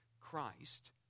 Christ